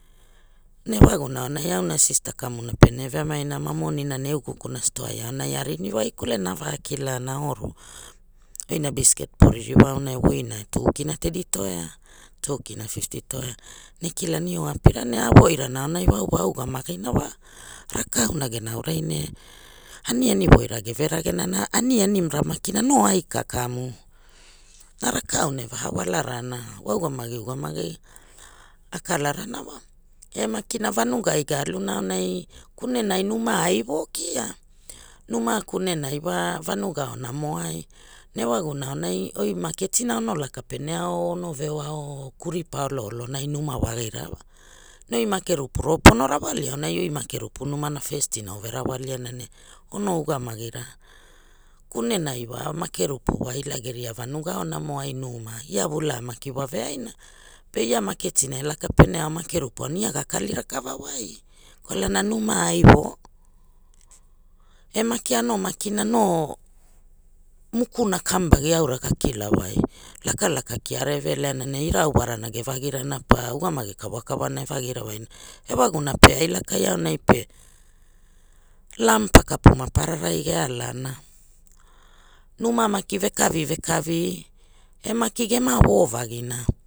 Ne ewaguna aunai auna sista kamuna ene veamai na ma moni ne e ugukuna stoai aunai arini waikulena avu kilana oru oina bisket po ririwa auna e voina tu kina tei toea, tu kina fifti toea na e kilaio apirane a voirana aunai wa au wa augamagi wa rakauna gena aurai ne aniani voira geve ragena na anianira makina no ai ka kamu na rakauna eva walarana, wa ugamagi ugamai a kalarana wa e makina vanugai ge aluna aounai kunenai numa ai vo kia numa kunenai wa vanuga aona mo ai ne ewaguna anai oi maketi na ono laka pene ao o ono ve oa o kuripa olo olo nai numa wa gira wa na oi Makerupu ro pono rawalia aunai oi Makerupu numana festina ove rawaliana ne ono ugamagi ra kunenai wa Makerupu wa ila geria vnuga aonai mo numa ia vulaa maki wa veaina pe ia maketi na e laka pene ao Makerupu aunai ia ga kali rakava wai kwalana numa ai vo e maki ono makina no mukuna kamuvagi aura ga kila wai laka laka kiara eve leana ne irau warana ge vagirana pa ugamagi kawakawa na e vagi wairana ewaguna pe ai lakai auna pe lam pa kapu mapararai ge alana numa maki ve kavi e maki gema vovagina